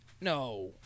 No